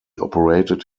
operated